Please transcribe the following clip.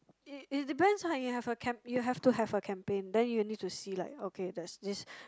it it depends you have a you you have to have a campaign then you need to see like okay there's this